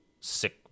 sick